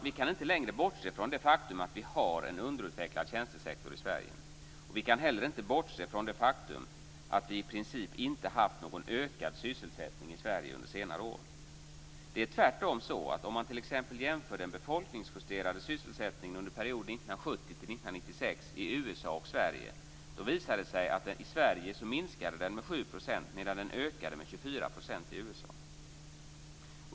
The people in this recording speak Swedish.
Vi kan inte längre bortse från det faktum att vi har en underutvecklad tjänstesektor i Sverige. Vi kan inte heller bortse från det faktum att vi i princip inte har haft någon ökad sysselsättning i Sverige under senare år. Om man t.ex. jämför den befolkningsjusterade sysselsättningen under perioden 1970-1996 i USA och i Sverige visar det sig tvärtom att den i Sverige minskade med 7 % medan den ökade med 24 % i USA.